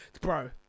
bro